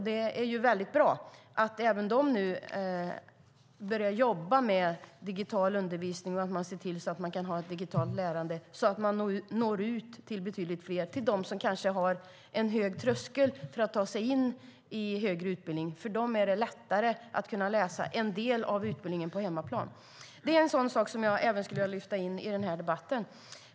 Det är väldigt bra att även de nu börjar jobba med digital undervisning och ser till att man kan ha ett digitalt lärande, så att man når ut till betydligt fler och kanske till dem som har hög tröskel för att ta sig in i högre utbildning. För dem är det nämligen lättare att läsa en del av utbildningen på hemmaplan. Det är en sådan sak jag skulle vilja lyfta in i debatten.